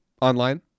online